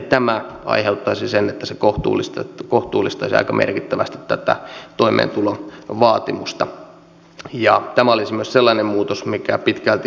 tämä aiheuttaisi sen että se kohtuullistaisi aika merkittävästi tätä toimeentulovaatimusta ja tämä olisi myös sellainen muutos mikä pitkälti auttaisi esimerkiksi